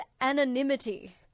anonymity